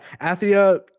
Athia